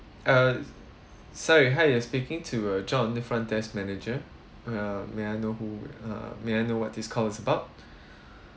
uh sorry hi you're speaking to uh john on the front desk manager uh may I know who uh may I know what this call is about